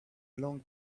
long